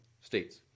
states